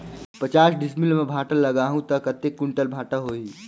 पचास डिसमिल मां भांटा लगाहूं ता कतेक कुंटल भांटा होही?